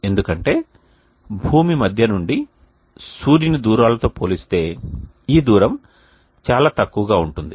ఎందుకంటే భూమి మధ్య నుండి సూర్యుని దూరాలతో పోలిస్తే ఈ దూరం చాలా తక్కువగా ఉంటుంది